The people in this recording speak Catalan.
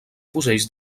fusells